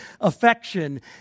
affection